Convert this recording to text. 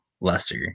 lesser